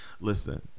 listen